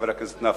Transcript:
חבר הכנסת נפאע.